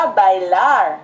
bailar